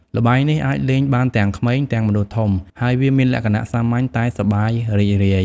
ល្បែងនេះអាចលេងបានទាំងក្មេង ទាំងមនុស្សធំ ហើយវាមានលក្ខណៈសាមញ្ញតែសប្បាយរីករាយ ។